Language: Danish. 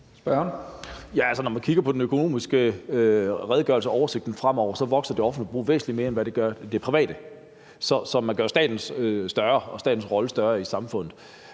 Mathiesen (UFG): Når man kigger på den økonomiske redegørelse og oversigten fremover, vokser det offentlige forbrug væsentlig mere end det private, så man gør jo staten og statens rolle større i samfundet.